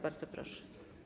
Bardzo proszę.